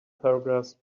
paragraphs